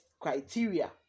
criteria